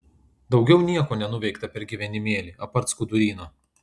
daugiau nieko nenuveikta per gyvenimėlį apart skuduryno